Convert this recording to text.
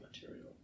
material